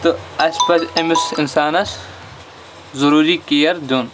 تہٕ اَسہِ پَزِ أمِس اِنسانَس ضٔروٗری کِیَر دیُن